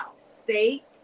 steak